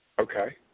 Okay